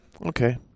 Okay